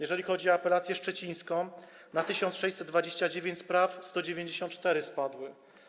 Jeżeli chodzi o apelację szczecińską, to na 1629 spraw 194 spadły.